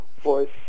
voice